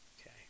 Okay